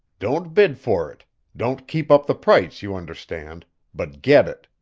don't bid for it don't keep up the price, you understand but get it.